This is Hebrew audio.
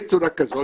בצורה כזאת